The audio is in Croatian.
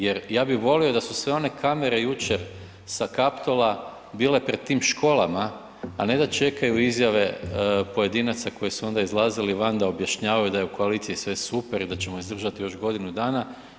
Jer ja bih volio da su sve one kamere jučer sa Kaptola bile pred tim školama, a ne da čekaju izjave pojedinaca koje su onda izlazili van da objašnjavaju da je u koaliciji sve super i da ćemo izdržati još godinu dana.